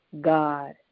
God